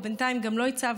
או בינתיים גם לא הצבנו,